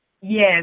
Yes